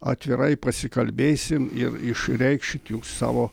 atvirai pasikalbėsim ir išreikšit jūs savo